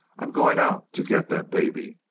i'm going out to get that baby.